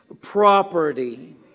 property